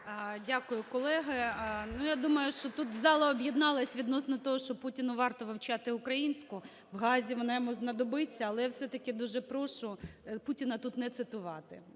Дякую, колеги. Я думаю, що тут зала об'єдналась відносно того, що Путіну варто вивчати українську: в Гаазі вона йому знадобиться. Але я все-таки дуже прошу Путіна тут не цитувати,